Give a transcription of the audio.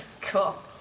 cool